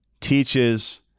teaches